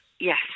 Yes